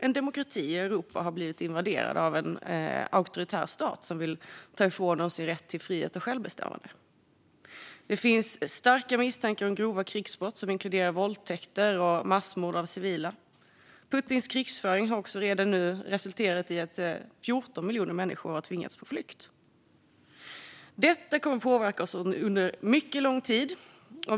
En demokrati i Europa har blivit invaderad av en auktoritär stat som vill ta ifrån oss rätt till frihet och självbestämmande. Det finns starka misstankar om grova krigsbrott som inkluderar våldtäkter och massmord på civila. Putins krigföring har också redan nu resulterat i att 14 miljoner människor har tvingats på flykt. Detta kommer att påverka oss under mycket lång tid.